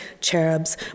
cherubs